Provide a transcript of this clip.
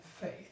faith